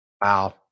Wow